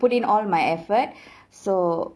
put in all my effort so